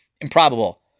improbable